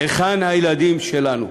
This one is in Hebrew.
היכן הילדים שלנו?